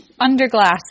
Underglass